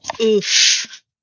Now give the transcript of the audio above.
Oof